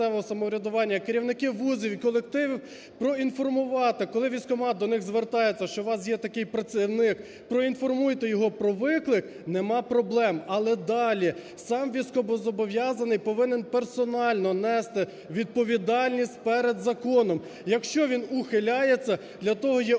керівники ВУЗів і колективів, – проінформувати, коли військкомат до них звертається, що: "У вас є такий працівник, проінформуйте його про виклик", нема проблем. Але далі сам військовозобов'язаний повинен персонально нести відповідальність перед законом. Якщо він ухиляється, для того є органи